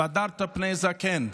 והדרת פני זקן.